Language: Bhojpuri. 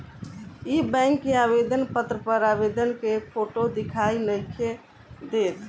इ बैक के आवेदन पत्र पर आवेदक के फोटो दिखाई नइखे देत